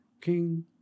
king